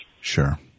sure